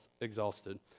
exhausted